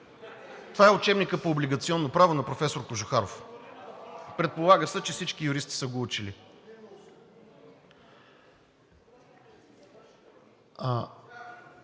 Това е учебникът по облигационно право на професор Кожухаров. Предполага се, че всички юристи са го учили.